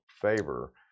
favor